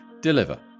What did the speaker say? deliver